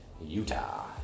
Utah